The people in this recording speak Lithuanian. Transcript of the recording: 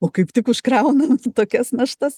o kaip tik užkraunam tokias naštas